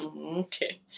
Okay